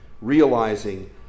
realizing